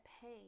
pain